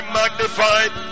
magnified